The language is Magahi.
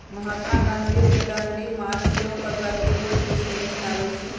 महात्मा गांधी के दांडी मार्च सेहो कर प्रतिरोध के श्रेणी में आबै छइ